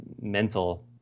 mental